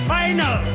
final